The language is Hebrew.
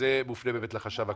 וזו מופנית באמת לחשב הכללי,